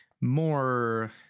more